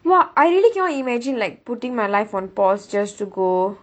!wah! I really cannot imagine like putting my life on pause just to go